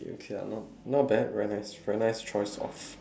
okay not not bad very nice very nice choice of